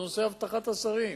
נושא אבטחת השרים.